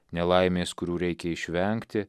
nelaimės kurių reikia išvengti